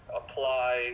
apply